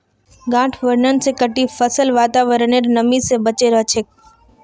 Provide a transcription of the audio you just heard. गांठ आवरण स कटी फसल वातावरनेर नमी स बचे रह छेक